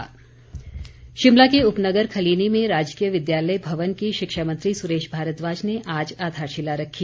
सुरेश भारद्वाज शिमला के उपनगर खलीनी में राजकीय विद्यालय भवन की शिक्षा मंत्री सुरेश भारद्वाज ने आज आधारशिला रखी